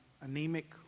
anemic